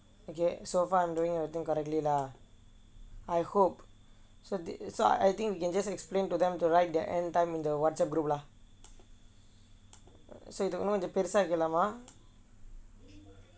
okay so far I'm doing everything correctly lah I hope so the so I think we can just explain to them to write their end time in the WhatsApp group lah so you don't want to